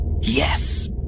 Yes